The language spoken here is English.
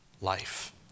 life